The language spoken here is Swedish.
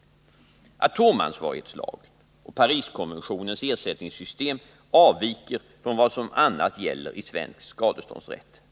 Atomansvarighetslagens och Pariskonventionens ersättningssystem avviker från vad som annars gäller i svensk skadeståndsrätt.